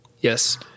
Yes